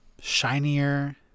shinier